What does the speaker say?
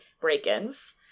break-ins